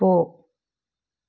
போ